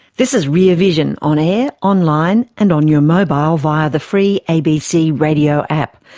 this is rear vision on air, online and on your mobile via the free abc radio app.